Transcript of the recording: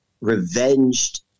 revenged